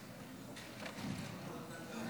בבקשה, אדוני, עד ארבע דקות לרשותך.